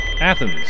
Athens